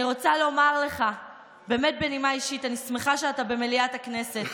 אני רוצה לומר לך באמת בנימה אישית שאני שמחה שאתה במליאת הכנסת.